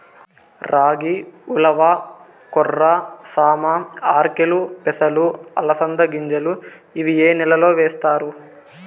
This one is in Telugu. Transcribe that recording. రాగి, ఉలవ, కొర్ర, సామ, ఆర్కెలు, పెసలు, అలసంద గింజలు ఇవి ఏ నెలలో వేస్తారు?